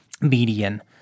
median